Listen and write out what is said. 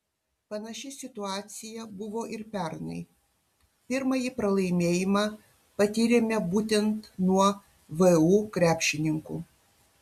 panaši situacija buvo ir pernai pirmąjį pralaimėjimą patyrėme būtent nuo vu krepšininkų